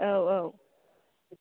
औ औ